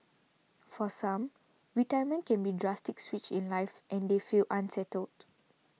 for some retirement can be a drastic switch in life and they feel unsettled